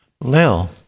Lil